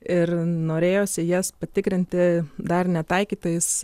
ir norėjosi jas patikrinti dar netaikytais